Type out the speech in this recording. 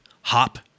Hop